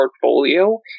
portfolio